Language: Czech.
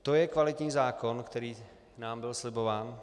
To je kvalitní zákon, který nám byl slibován?